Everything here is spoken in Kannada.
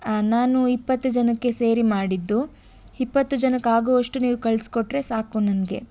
ನಾನು ಇಪ್ಪತ್ತು ಜನಕ್ಕೆ ಸೇರಿ ಮಾಡಿದ್ದು ಇಪ್ಪತ್ತು ಜನಕ್ಕೆ ಆಗುವಷ್ಟು ನೀವು ಕಳಿಸ್ಕೊಟ್ಟರೆ ಸಾಕು ನನಗೆ